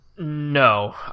No